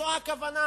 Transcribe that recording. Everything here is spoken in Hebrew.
זאת הכוונה.